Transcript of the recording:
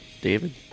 David